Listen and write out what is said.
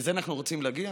לזה אנחנו רוצים להגיע?